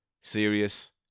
Serious